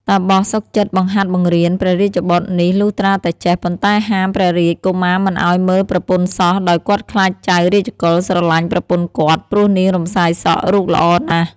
តាបសសុខចិត្តបង្ហាត់បង្រៀនព្រះរាជបុត្រនេះលុះត្រាតែចេះ ប៉ុន្តែហាមព្រះរាជកុមារមិនឱ្យមើលប្រពន្ធសោះ ដោយគាត់ខ្លាចចៅ រាជកុល ស្រឡាញ់ប្រពន្ធគាត់ ព្រោះនាង រំសាយសក់ រូបល្អណាស់ ។